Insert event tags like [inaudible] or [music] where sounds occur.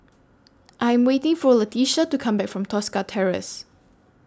[noise] I Am waiting For Latesha to Come Back from Tosca Terrace